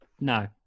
no